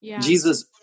Jesus